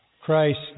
Christ